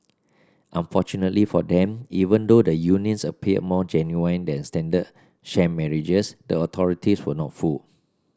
unfortunately for them even though the unions appeared more genuine than standard sham marriages the authorities were not fooled